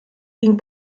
gegen